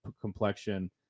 complexion